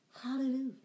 Hallelujah